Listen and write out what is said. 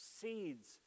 seeds